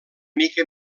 mica